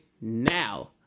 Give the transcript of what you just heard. now